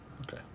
Okay